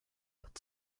but